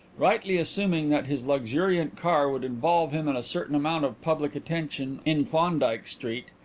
rightly assuming that his luxuriant car would involve him in a certain amount of public attention in klondyke street,